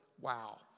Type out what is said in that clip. wow